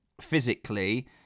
Physically